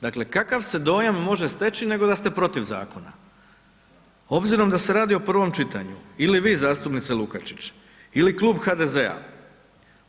Dakle, kakav se dojam može steći nego da ste protiv zakona obzirom da se radi o prvom čitanju ili vi zastupnice Lukačić ili klub HDZ-a.